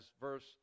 verse